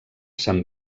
sant